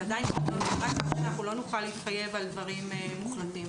זה עדיין לא --- אנחנו לא נוכל להתחייב על דברים מוחלטים.